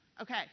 Okay